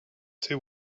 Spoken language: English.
two